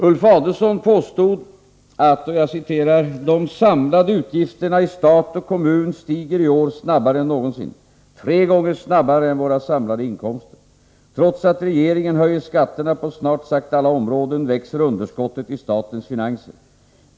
Ulf Adelsohn påstod att ”de samlade utgifterna i stat och kommun stiger i år snabbare än någonsin — tre gånger snabbare än våra samlade inkomster. Trots att regeringen höjer skatterna på snart sagt alla områden växer underskottet i statens finanser.